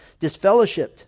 disfellowshipped